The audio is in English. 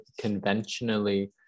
conventionally